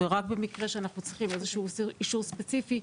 ורק במקרה שאנחנו צריכים איזשהו אישור ספציפי,